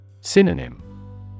Synonym